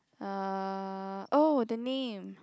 uh oh the name